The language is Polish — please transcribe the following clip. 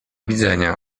widzenia